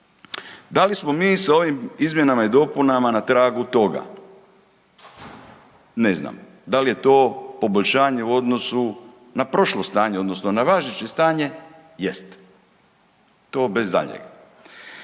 Da li smo mi s ovim izmjenama i dopunama na tragu toga? Ne znam. Da li je to poboljšanje u odnosu na prošlo stanje odnosno na važeće stanje? Jest, to bez daljnjega.